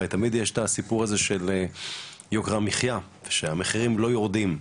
הרי תמיד יש את הסיפור הזה של יוקר המחייה ושהמחירים לא יורדים.